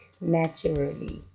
naturally